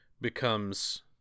becomes